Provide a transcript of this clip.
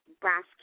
Brass